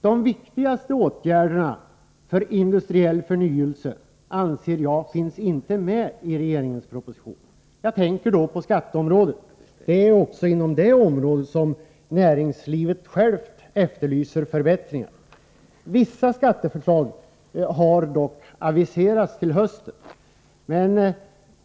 De viktigaste åtgärderna för industriell förnyelse finns inte med i regeringens proposition, anser jag. Jag tänker då på skatteområdet. Det är inom detta område som näringslivet självt efterlyser förbättringar. Vissa skatteförslag har dock aviserats till hösten.